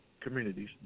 communities